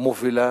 מובילה